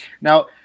Now